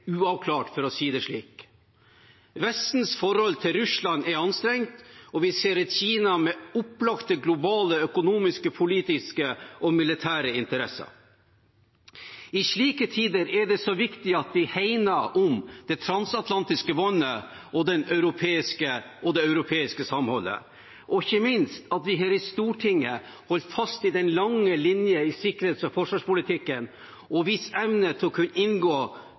uavklart, for å si det slik. Vestens forhold til Russland er anstrengt, og vi ser et Kina med opplagte globale, økonomiske, politiske og militære interesser. I slike tider er det så viktig at vi hegner om det transatlantiske båndet og det europeiske samholdet, og ikke minst at vi her i Stortinget holder fast ved den lange linjen i sikkerhets- og forsvarspolitikken og viser evne til å kunne inngå